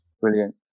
Brilliant